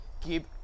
keep